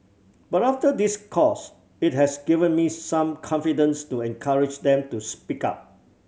but after this course it has given me some confidence to encourage them to speak up